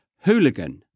hooligan